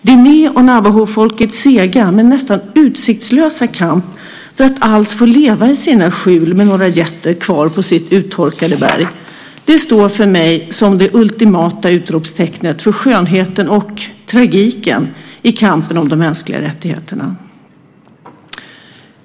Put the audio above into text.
Diné och Navahofolkets sega men nästan utsiktslösa kamp för att alls få leva i sina skjul med några getter på sitt uttorkade berg står för mig som det ultimata utropstecknet för skönheten och tragiken i kampen om de mänskliga rättigheterna.